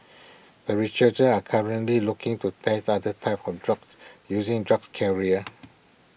the researchers are currently looking to test other types of drugs using drugs carrier